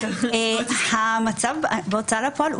המצב בהוצאה לפועל,